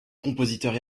compositeur